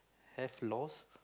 have laws